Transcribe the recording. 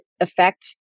affect